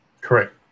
Correct